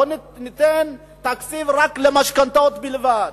בואו ניתן תקציב רק למשכנתאות בלבד,